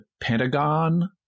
pentagon